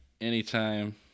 anytime